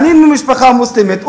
חנין ממשפחה מוסלמית,